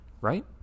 right